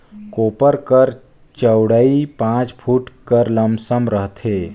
कोपर कर चउड़ई पाँच फुट कर लमसम रहथे